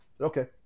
okay